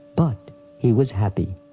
but he was happy.